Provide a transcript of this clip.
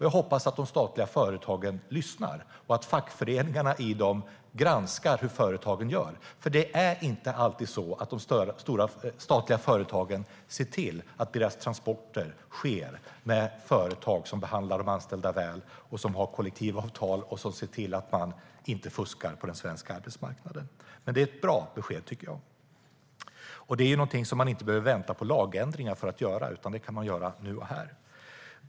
Jag hoppas att de statliga företagen lyssnar och att fackföreningarna i dem granskar hur företagen gör. Det är inte alltid så att de statliga företagen ser till att deras transporter sker med företag som behandlar de anställda väl och har kollektivavtal och att de ser till att det inte fuskas på den svenska arbetsmarknaden. Det är ett bra besked. Det är någonting som man inte behöver vänta på lagändringar för att göra, utan det kan man göra här och nu.